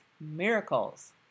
miracles